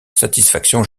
satisfaction